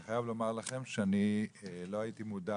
אני חייב לומר לכם שאני לא הייתי מודע